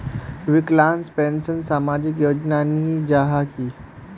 विकलांग पेंशन सामाजिक योजना नी जाहा की?